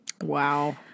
Wow